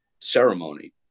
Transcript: ceremony